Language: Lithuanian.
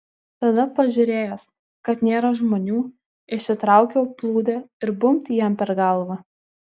tada pažiūrėjęs kad nėra žmonių išsitraukiau plūdę ir bumbt jam per galvą